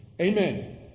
Amen